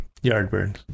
Yardbirds